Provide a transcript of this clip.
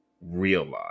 realize